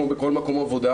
כמו בכל מקום עבודה?